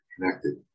connected